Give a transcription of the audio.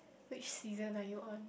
which season are you on